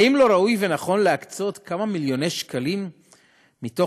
האם לא ראוי ונכון להקצות כמה מיליוני שקלים מתוך